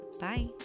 bye